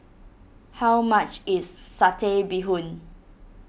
how much is Satay Bee Hoon